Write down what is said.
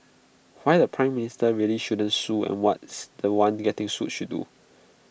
why the Prime Minister really shouldn't sue and ones The One getting sued should do